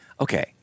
Okay